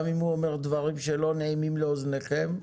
גם אם הוא אומר דברים שלא נעימים לאוזניכם.